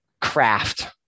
craft